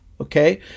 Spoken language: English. okay